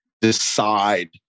decide